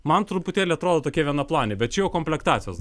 man truputėlį atrodo tokie gana ploni bet čia jau komplektacijos